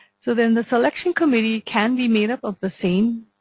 so then the selection committee can be made up of the same